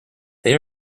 they